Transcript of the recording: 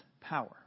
power